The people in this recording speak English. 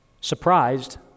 surprised